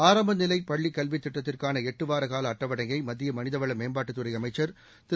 ஆரம்ப நிலை பள்ளி கல்வித் திட்டத்திற்கான எட்டு வார கால அட்டவணையை மத்திய மனித வள மேம்பாட்டுத் துறை அமைச்சர் திரு